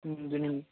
ꯎꯝ ꯑꯗꯨꯅꯤ